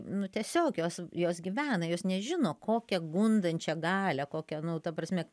nu tiesiog jos jos gyvena jos nežino kokią gundančią galią kokią nu ta prasme